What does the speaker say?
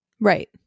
Right